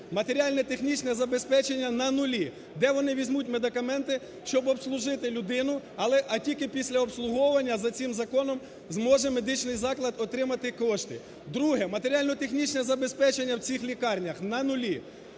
Матеріально-технічне забезпечення на нулі. Де вони візьмуть медикаменти, щоб обслужити людину? А тільки після обслуговування за цим законом зможе медичний заклад отримати кошти. Друге: матеріально-технічне забезпечення в цих лікарнях на нулі.